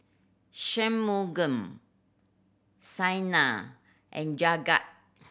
Shunmugam Saina and Jagat